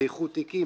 זה איחוד תיקים,